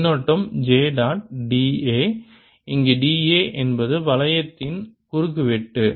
மின்னோட்டம் J dot da இங்கே da என்பது வளையத்தின் குறுக்கு வெட்டு